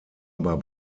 aber